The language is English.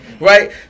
right